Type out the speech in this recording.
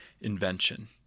invention